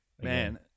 Man